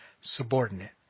subordinate